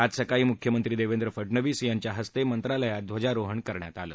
आज सकाळी मुख्यमंत्री देवेंद्र फडनवीस यांच्या हस्ते मंत्रालयात ध्वजारोहण करण्यात आलं